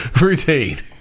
Routine